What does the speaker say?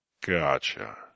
Gotcha